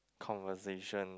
conversations